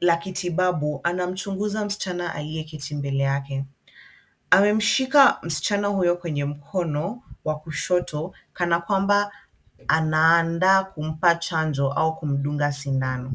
la kitibabu anamchunguza msichana aliyeketi mbele yake. Amemshika msichana huyo kwenye mkono wa kushoto kana kwamba anaandaa kumpa chanjo au kumdunga sindano.